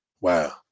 Wow